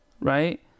right